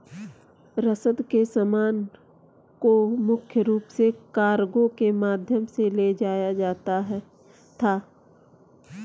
रसद के सामान को मुख्य रूप से कार्गो के माध्यम से ले जाया जाता था